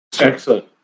Excellent